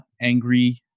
Angry